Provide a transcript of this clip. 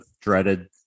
dreaded